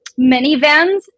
minivans